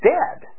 dead